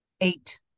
eight